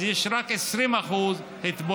אז יש רק 20% התבוללות.